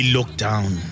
Lockdown